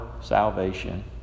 salvation